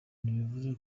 ntibivuze